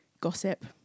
gossip